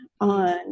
on